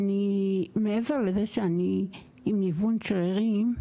מעבר לזה שאני עם ניוון שרירים,